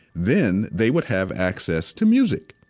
then they would have access to music.